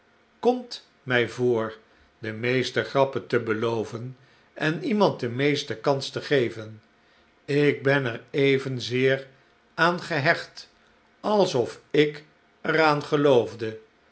komt mij voor de meeste grappen tebeloven en iemand de meeste kans te geven ik ben er evenzeer aan gehecht alsof ik er aan geloofde